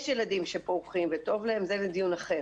יש ילדים שפורחים וטוב להם, זה לדיון אחר,